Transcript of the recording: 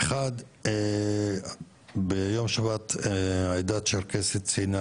אחד, ביום שבת העדה הצ'רקסית ציינה